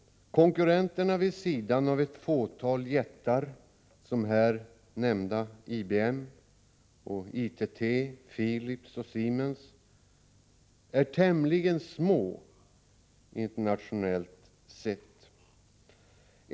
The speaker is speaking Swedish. Konkurrenterna vid sidan av ett fåtal jättar som det nyssnämnda IBM, ITT, Philips och Siemens är tämligen små internationellt sett.